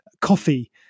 coffee